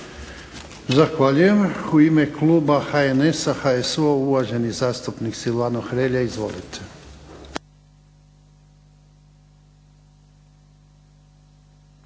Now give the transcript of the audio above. Zahvaljujem. U ime kluba HNS-HSU-a uvaženi zastupnik Silvano Hrelja, izvolite.